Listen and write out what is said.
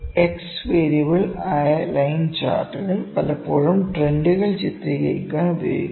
X variable ആയ line ചാർട്ടുകൾ പലപ്പോഴും ട്രെൻഡുകൾ ചിത്രീകരിക്കാൻ ഉപയോഗിക്കുന്നു